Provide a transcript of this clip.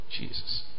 Jesus